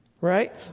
Right